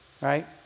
right